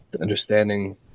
understanding